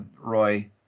Roy